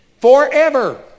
forever